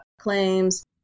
claims